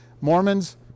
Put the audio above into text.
Mormons